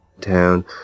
town